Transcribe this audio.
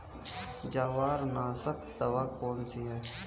जवार नाशक दवा कौन सी है?